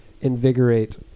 invigorate